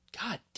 God